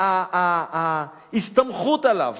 ההסתמכות עליו,